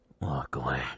Luckily